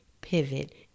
pivot